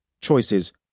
choices